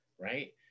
right